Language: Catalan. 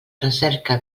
recerca